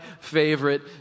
favorite